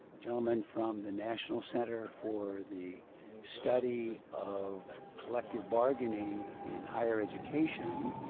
gentleman from the national center for the study of collective bargaining in higher education.